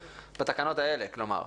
כלומר בתקנות האלה.